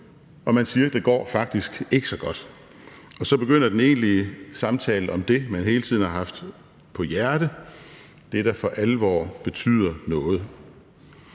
og man siger, at det faktisk ikke går så godt. Så begynder den egentlige samtale om det, man hele tiden har haft på hjerte – det, der for alvor betyder noget.